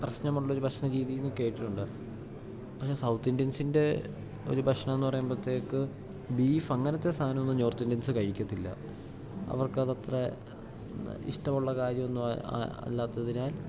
പ്രശ്നമുള്ളൊര് ഭക്ഷണ രീതി എന്ന് കേട്ടിട്ടുണ്ട് പക്ഷേ സൗത്തിന്ത്യൻസിൻ്റെ ഒര് ഭക്ഷണമെന്ന് പറയുമ്പത്തേക്ക് ബീഫങ്ങനത്തെ സാധനമൊന്നും നോർത്തിന്ത്യൻസ് കഴിക്കത്തില്ല അവർക്കതത്ര ഇന്ന് ഇഷ്ടവുള്ള കാര്യമൊന്നും അല്ലാത്തതിനാൽ